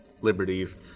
liberties